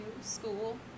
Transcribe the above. school